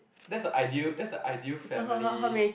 that's the ideal that's the ideal family